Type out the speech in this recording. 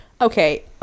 Okay